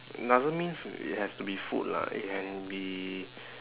doesn't mean it has to be food lah it can be